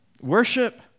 Worship